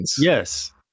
Yes